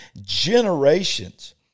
generations